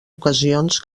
ocasions